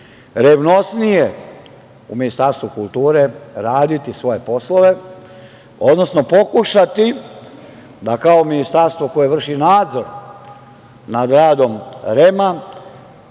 revnosnije u Ministarstvu kulture raditi svoje poslove, odnosno pokušati da kao Ministarstvo koje vrši nadzor nad radom REM-a